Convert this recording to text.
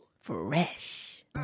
Fresh